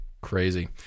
crazy